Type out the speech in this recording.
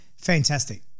Fantastic